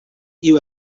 you